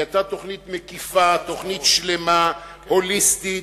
היא יצאה תוכנית מקיפה, שלמה והוליסטית.